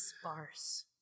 Sparse